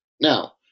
Now